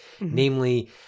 namely